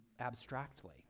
abstractly